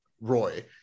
Roy